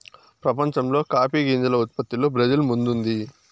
ప్రపంచంలో కాఫీ గింజల ఉత్పత్తిలో బ్రెజిల్ ముందుంది